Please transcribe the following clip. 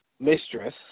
mistress